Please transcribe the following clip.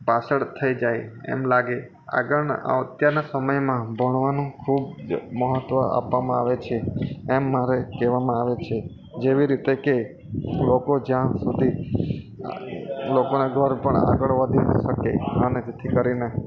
પાછળ થઈ જાય એમ લાગે અત્યારના સમયમાં ભણવાનું ખૂબ જ મહત્વ આપવામાં આવે છે એમ મારે કહેવામાં આવે છે જેવી રીતે કે લોકો જ્યાં સુધી લોકોનાં ઘર પણ આગળ વધી શકે તેથી કરીને